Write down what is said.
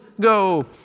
go